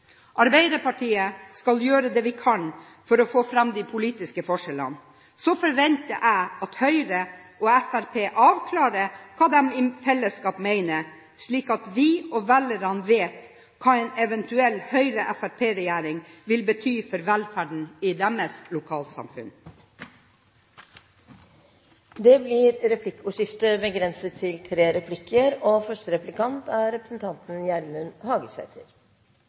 Arbeiderpartiet skal gjøre det vi kan for å få fram de politiske forskjellene. Så forventer jeg at Høyre og Fremskrittspartiet avklarer hva de i fellesskap mener, slik at vi og velgerne vet hva en eventuell Høyre–Fremskrittsparti-regjering vil bety for velferden i deres lokalsamfunn. Det blir replikkordskifte. Bodskapen frå Arbeidarpartiet er velkjend: Arbeidarpartiet og regjeringa står for auka overføringar til kommunane, og